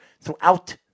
throughout